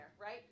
Right